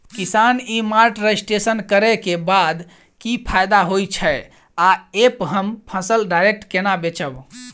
किसान e mart registration करै केँ बाद की फायदा होइ छै आ ऐप हम फसल डायरेक्ट केना बेचब?